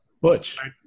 Butch